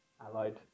allied